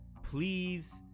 Please